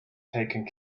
taking